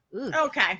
okay